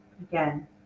again